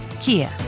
kia